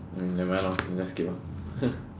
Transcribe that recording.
nevermind lor then just skip ah